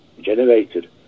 generated